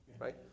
right